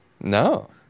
No